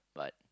but